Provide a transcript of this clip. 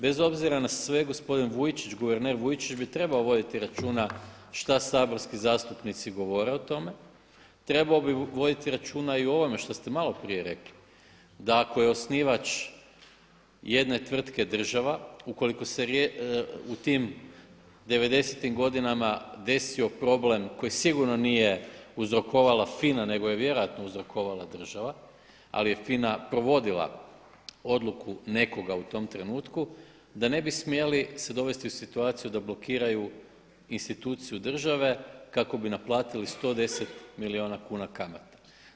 Bez obzira na sve gospodin Vujčić, guverner Vujčić bi trebao voditi računa što saborski zastupnici govore o tome, trebao bi voditi računa i o ovome što ste maloprije rekli da ako je osnivač jedne tvrtke država, ukoliko se u tim '90-im godinama desio problem koji sigurno nije uzrokovala FINA nego je vjerojatno uzrokovala država ali je FINA provodila odluku nekoga u tom trenutku da ne bi smjeli se dovesti u situaciju da blokiraju instituciju države kako bi naplatili 110 milijuna kuna kamate.